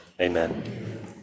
amen